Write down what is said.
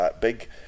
big